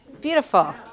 Beautiful